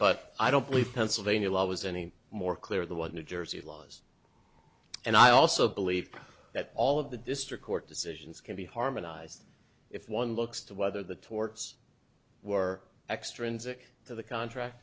but i don't believe pennsylvania law is any more clear than what new jersey laws and i also believe that all of the district court decisions can be harmonized if one looks to whether the torts were extrinsic to the contract